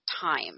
time